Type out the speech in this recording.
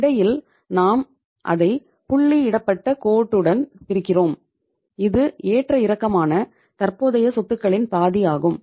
இடையில் நாம் அதை புள்ளியிடப்பட்ட கோடுடன் பிரிக்கிறோம் இது ஏற்ற இறக்கமான தற்போதைய சொத்துகளின் பாதி ஆகும்